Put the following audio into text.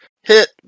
hit